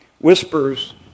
Whispers